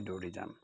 মই দৌৰি যাম